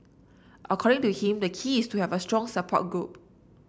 according to him the key is to have a strong support group